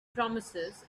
promises